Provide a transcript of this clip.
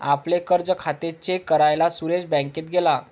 आपले कर्ज खाते चेक करायला सुरेश बँकेत गेला